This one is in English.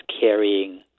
carrying